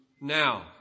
now